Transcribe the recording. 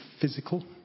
physical